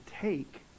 take